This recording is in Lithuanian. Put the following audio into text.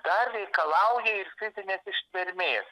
dar reikalauja ir fizinės ištvermės